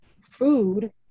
food